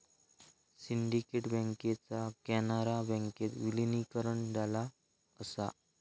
syndicate बँकेचा कॅनरा बँकेत विलीनीकरण झाला असा